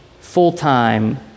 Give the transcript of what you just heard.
full-time